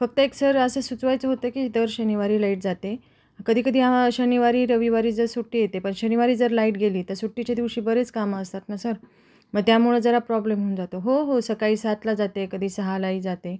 फक्त एक सर असं सुचवायचं होतं की दर शनिवारी लाईट जाते कधी कधी हा शनिवारी रविवारी जर सुट्टी येते पण शनिवारी जर लाईट गेली तर सुट्टीच्या दिवशी बरीच कामं असतात ना सर मग त्यामुळं जरा प्रॉब्लेम होऊन जातो हो हो सकाळी सातला जाते कधी सहालाही जाते